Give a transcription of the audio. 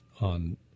on